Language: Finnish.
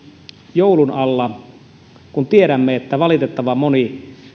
joulun alla valitettavan moni